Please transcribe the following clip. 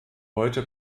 heute